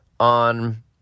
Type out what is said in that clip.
on